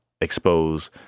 expose